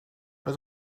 het